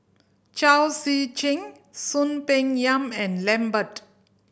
Chao Zee Cheng Soon Peng Yam and Lambert